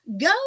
go